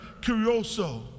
curioso